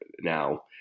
now